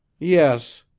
yes,